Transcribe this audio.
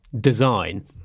design